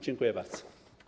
Dziękuję bardzo.